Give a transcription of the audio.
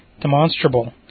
demonstrable